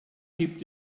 gibt